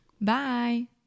Bye